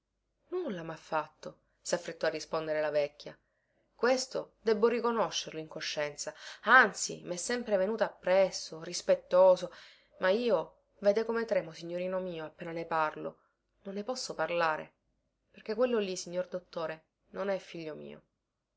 nulla mha fatto saffrettò a rispondere la vecchia questo debbo riconoscerlo in coscienza anzi mè sempre venuto appresso rispettoso ma io vede come tremo signorino mio appena ne parlo non ne posso parlare perché quello lì signor dottore non è figlio mio